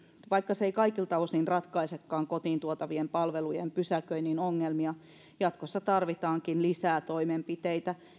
vaikka se ei kaikilta osin ratkaisekaan kotiin tuotavien palvelujen pysäköinnin ongelmia jatkossa tarvitaankin lisää toimenpiteitä